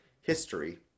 history